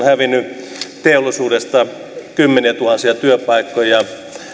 hävinnyt teollisuudesta kymmeniätuhansia työpaikkoja